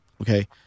Okay